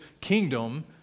kingdom